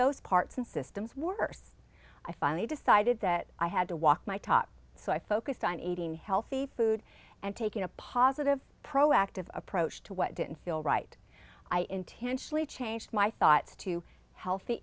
those parts and systems worse i finally decided that i had to walk my top so i focused on eating healthy food and taking a positive proactive approach to what didn't feel right i intentionally changed my thoughts to healthy